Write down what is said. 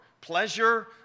pleasure